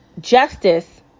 Justice